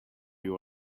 you